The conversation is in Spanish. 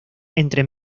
entre